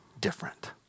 different